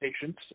patients